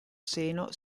seno